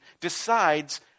decides